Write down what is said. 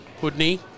Hoodney